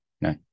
no